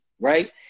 right